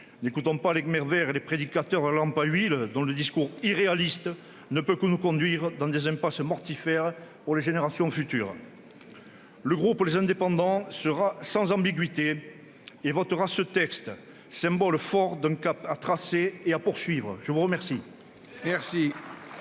N'écoutons pas les « Khmers verts » et les « prédicateurs de la lampe à huile », dont le discours irréaliste ne peut que nous conduire dans des impasses mortifères pour les générations futures. Le groupe Les Indépendants - République et Territoires sera sans ambiguïté et votera ce texte, symbole fort d'un cap à tracer et à poursuivre. Excellent